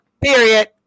Period